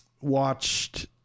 Watched